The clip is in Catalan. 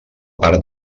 part